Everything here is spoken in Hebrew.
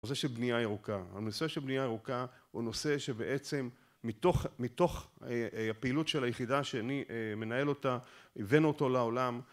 הנושא של בנייה ירוקה. הנושא של בניה ירוקה הוא נושא שבעצם מתוך הפעילות של היחידה שאני מנהל אותה, הבאנו אותו לעולם